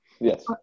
Yes